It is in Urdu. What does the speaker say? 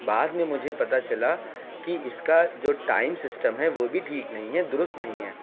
بعد میں مجھے پتا چلا کہ اس کا جو ٹائم سسٹم ہے وہ بھی ٹھیک نہیں ہے درست نہیں ہے